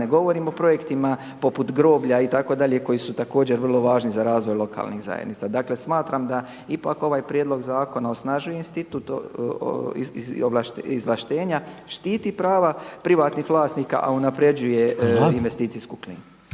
ne govorimo o projektima poput groblja itd., koji su također vrlo važni za razvoj lokalnih zajednica. Dakle, smatram da ipak ovaj prijedlog zakona osnažuje institut izvlaštenja, štiti prava privatnih vlasnika a unapređuje investicijsku klimu.